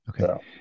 Okay